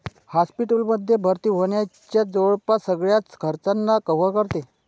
hospital मध्ये भर्ती होण्याच्या जवळपास सगळ्याच खर्चांना कव्हर करते